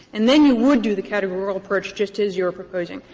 and then you would do the categorical approach just as you're proposing.